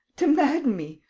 to madden me.